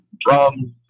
drums